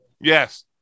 Yes